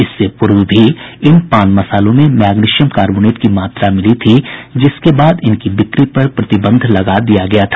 इससे पूर्व भी इन पान मसालों में मैग्नीशियम कार्बोनेट की मात्रा मिली थी जिसके बाद इनकी बिक्री पर प्रतिबंध लगा दिया गय था